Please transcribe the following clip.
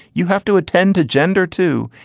you have to attend to gender, too,